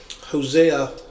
Hosea